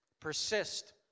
persist